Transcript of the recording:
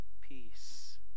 peace